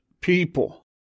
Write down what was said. people